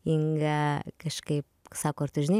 inga kažkaip sako ar tu žinai